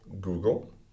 Google